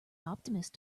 optimist